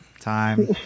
time